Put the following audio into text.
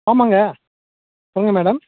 ஆமாங்க சொல்லுங்கள் மேடம்